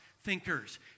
thinkers